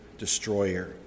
destroyer